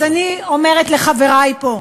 אז אני אומרת לחברי פה: